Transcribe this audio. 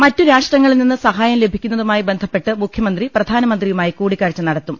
മറ്റു രാഷ്ട്രങ്ങളിൽ നിന്ന് സഹായം ലഭിക്കുന്നതു മായി ബന്ധപ്പെട്ട് മുഖ്യമന്ത്രി പ്രധാനമന്ത്രിയുമായി കൂടി ക്കാഴ്ച നടത്തും